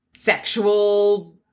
sexual